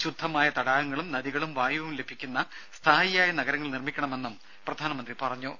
ശുദ്ധമായ തടാകങ്ങളും നദികളും വായുവും ലഭിക്കുന്ന സ്ഥായിയായ നഗരങ്ങൾ നിർമ്മിക്കണമെന്നും പ്രധാനമന്ത്രി പറഞ്ഞു